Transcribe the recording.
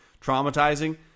traumatizing